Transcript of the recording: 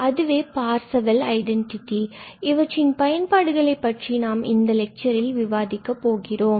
அதுவே Parseval identity மற்றும் இவற்றின் பயன்பாடுகளை பற்றி நாம் இந்த லெட்சரில் விவாதிக்கப் போகிறோம்